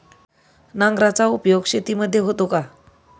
नांगराचा उपयोग शेतीमध्ये होतो का?